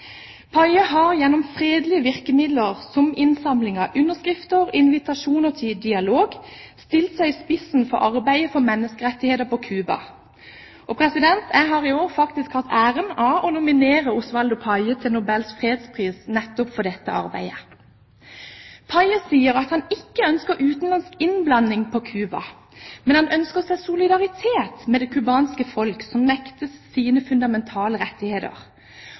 har gjennom fredelige virkemidler som innsamlinger av underskrifter og invitasjoner til dialog stilt seg i spissen for arbeidet for menneskerettigheter på Cuba. Jeg har i år faktisk hatt æren av å nominere Osvaldo Payá til Nobels fredspris nettopp for dette arbeidet. Payá sier at han ikke ønsker utenlandsk innblanding på Cuba, men han ønsker seg solidaritet med det cubanske folk, som nektes sine fundamentale rettigheter,